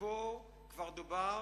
ופה כבר דובר,